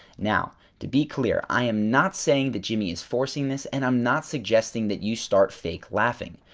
now, to be clear, i am not saying that jimmy is forcing this and i'm not suggesting that you start fake laughing.